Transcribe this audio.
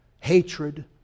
hatred